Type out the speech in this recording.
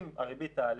אם הריבית תעלה,